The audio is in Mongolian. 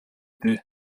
дээ